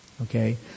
okay